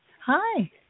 Hi